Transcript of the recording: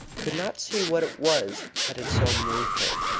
could not see what it was that had so moved her.